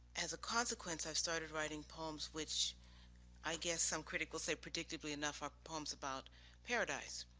as a consequence, i've started writing poems which i guess some critic will say predictably enough, are poems about paradise,